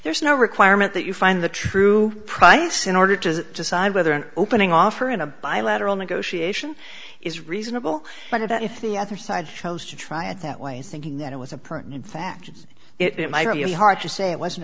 there's no requirement that you find the true price in order to decide whether an opening offer in a bilateral negotiation is reasonable but if the other side chose to try it that way thinking that it was a print in fact it might be hard to say it was